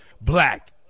Black